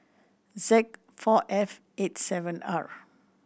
Z four F eight seven R